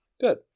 Good